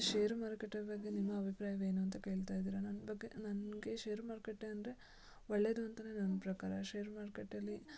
share ಮಾರುಕಟ್ಟೆಯ ಬಗ್ಗೆ ನಿಮ್ಮ ಅಭಿಪ್ರಾಯವೇನು ಅಂತ ಕೇಳ್ತಾ ಇದೀರ ನನ್ನ ಬಗ್ಗೆ ನನಗೆ ಶೇರು ಮಾರುಕಟ್ಟೆ ಅಂದರೆ ಒಳ್ಳೇದು ಅಂತಾನೆ ನನ್ನ ಪ್ರಕಾರ ಶೇರು ಮಾರುಕಟ್ಟೇಲಿ